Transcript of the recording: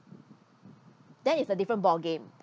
then is a different ball game